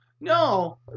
No